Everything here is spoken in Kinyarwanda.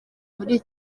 muri